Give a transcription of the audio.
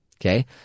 okay